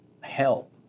help